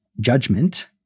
judgment